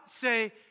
say